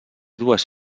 dues